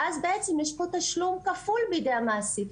ואז בעצם יש פה תשלום כפול בידי המעסיק.